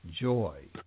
joy